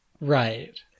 Right